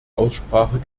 aussprache